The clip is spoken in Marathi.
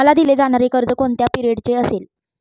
मला दिले जाणारे कर्ज हे कोणत्या पिरियडचे असेल?